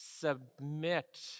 submit